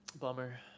bummer